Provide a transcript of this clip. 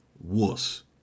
wuss